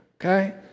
Okay